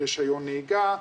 רישיון נהיגה,